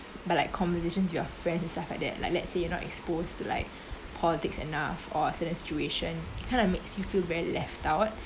but like communication to your friends stuff like that like let say you not exposed to like politics enough or certain situation it kind of makes you feel very left out